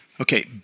Okay